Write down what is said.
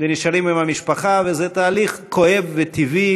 ונשארים עם המשפחה, וזה תהליך כואב וטבעי